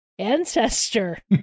ancestor